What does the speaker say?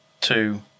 two